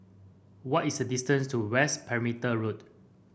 what is the distance to West Perimeter Road